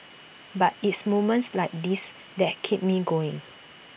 but it's moments like this that keep me going